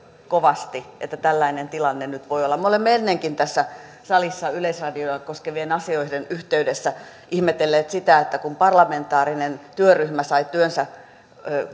kovasti että tällainen tilanne nyt voi olla me olemme ennenkin tässä salissa yleisradiota koskevien asioiden yhteydessä ihmetelleet sitä että kun parlamentaarinen työryhmä sai työnsä